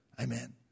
Amen